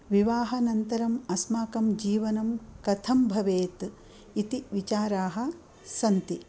विवाहानन्तरम् अस्माकं जीवनं कथं भवेत् इति विचाराः सन्ति